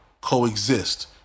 Coexist